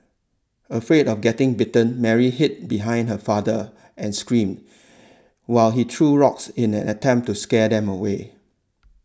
afraid of getting bitten Mary hid behind her father and screamed while he threw rocks in an attempt to scare them away